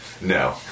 No